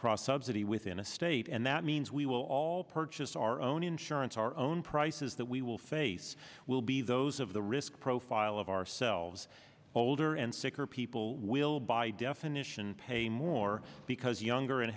cross subsidy within a state and that means we will all purchase our own insurance our own prices that we will face will be those of the risk profile of ourselves older and sicker people will by definition pay more because younger and